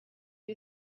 you